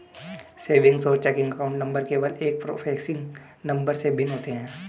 savings और checking account number केवल एक प्रीफेसिंग नंबर से भिन्न होते हैं